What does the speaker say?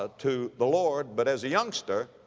ah to the lord. but as a youngster,